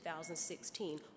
2016